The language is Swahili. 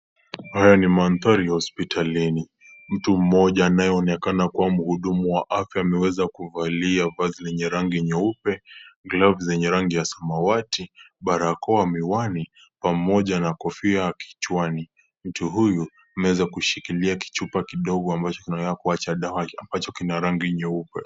Haya ni manthari ya hospitalini, mtu mmoja anaye onekana kuwa muhudumu wa afya ameweza kuvalia vazi nyeupe, glavu zenye rangi ya samawati, barakoa miwani, pamoja na kofia kichwani, mtu huyu, ameweza kushikilia kichupa kidogo ambacho kinaonekana kuwa cha dawa cha rangi nyeupe.